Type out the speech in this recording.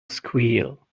squeal